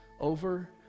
over